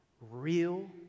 real